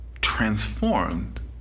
transformed